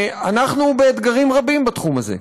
אנחנו באתגרים רבים בתחום הזה: